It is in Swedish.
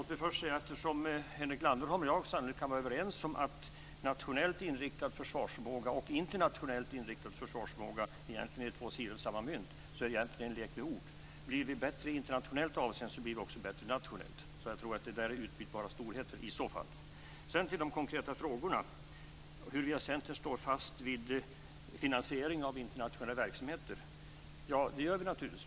Herr talman! Henrik Landerholm och jag kan sannolikt vara överens om att nationellt och internationellt inriktad försvarsförmåga egentligen är två sidor av samma mynt. Det är egentligen en lek med ord. Blir det bättre i internationellt avseende blir det också bättre nationellt. De är utbytbara storheter. Sedan var det de konkreta frågorna. Står Centern fast vid finansiering av internationella verksamheter? Ja, det gör vi naturligtvis.